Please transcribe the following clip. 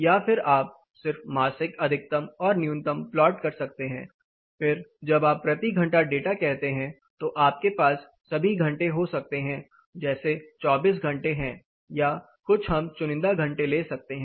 या फिर आप सिर्फ मासिक अधिकतम और न्यूनतम प्लॉट कर सकते हैं फिर जब आप प्रति घंटा डेटा कहते हैं तो आपके पास सभी घंटे हो सकते हैं जैसे 24 घंटे हैं या कुछ हम चुनिंदा घंटे ले सकते हैं